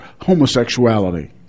homosexuality